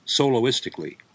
soloistically